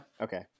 Okay